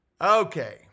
Okay